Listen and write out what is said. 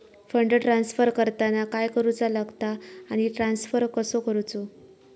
Fund transfer करताना काय करुचा लगता आनी ट्रान्स्फर कसो करूचो?